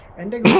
and